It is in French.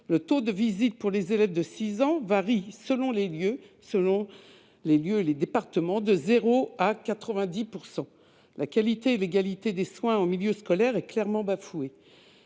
Le taux de visite pour les élèves de 6 ans varie selon les lieux et les départements de 0 % à 90 %. La qualité et l'égalité des soins en milieu scolaire sont clairement bafouées,